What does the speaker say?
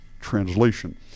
translation